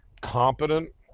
competent